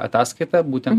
ataskaita būtent